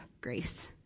grace